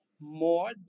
more